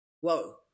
whoa